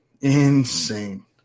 Insane